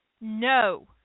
no